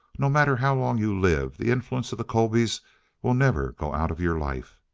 no matter how long you live, the influence of the colbys will never go out of your life.